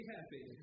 Happy